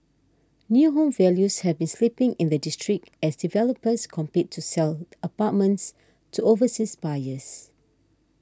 new home values have been slipping in the district as developers compete to sell apartments to overseas buyers